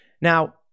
Now